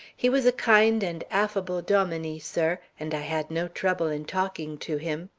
he was a kind and affable dominie, sir, and i had no trouble in talking to him.